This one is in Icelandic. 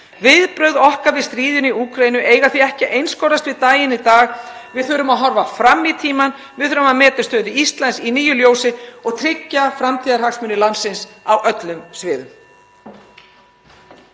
Viðbrögð okkar við stríðinu í Úkraínu eiga því ekki að einskorðast við daginn í dag. Við þurfum að horfa fram í tímann. Við þurfum að meta stöðu Íslands í nýju ljósi og tryggja framtíðarhagsmuni landsins á öllum sviðum.